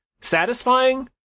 satisfying